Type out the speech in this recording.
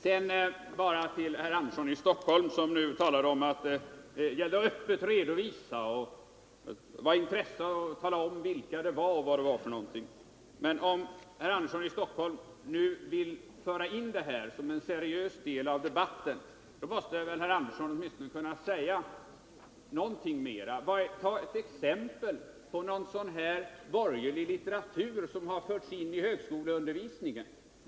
Sedan bara till herr Sten Andersson i Stockholm, som talar om att öppet redovisa osv. Om herr Andersson nu vill föra in detta som en seriös del av debatten måste väl herr Andersson kunna säga någonting mera. Ge ett exempel på någon sådan här borgerlig litteratur som förts in i högskoleundervisningen.